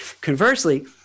Conversely